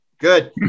Good